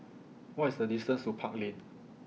What IS The distance to Park Lane